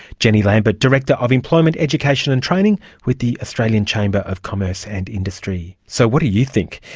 jenny lambert, director of employment, education and training with the australian chamber of commerce and industry. so, what do you think?